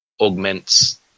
augments